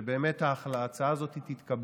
אני מקווה מאוד שבאמת ההצעה הזאת תתקבל,